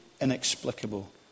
inexplicable